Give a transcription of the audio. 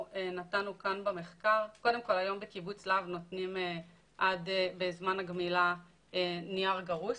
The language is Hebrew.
היום בקיבוץ להב נותנים בזמן הגמילה נייר גרוס,